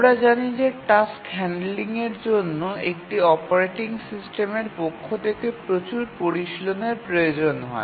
আমরা জানি যে টাস্ক হ্যান্ডলিংয়ের জন্য একটি অপারেটিং সিস্টেমের পক্ষ থেকে প্রচুর পরিশীলনের প্রয়োজন হয়